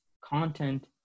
content